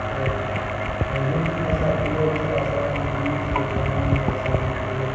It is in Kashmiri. تہٕ یِم ہَسا بورڈ چھِ آسان یِم چھِ پانہٕ ؤنۍ آسان مُختَلِف